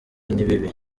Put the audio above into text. nibibi